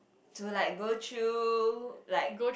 to like go through like